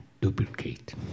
duplicate